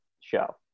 show